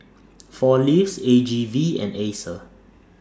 four Leaves A G V and Acer